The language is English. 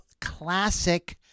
classic